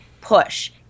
push